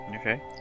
Okay